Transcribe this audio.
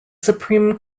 supreme